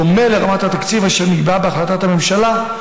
בדומה לרמת התקציב אשר נקבעה בהחלטת הממשלה,